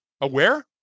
Aware